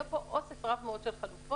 היה כאן אוסף רב מאוד של חלופות,